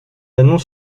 annonce